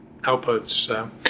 outputs